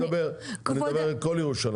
אני מדבר על כל ירושלים,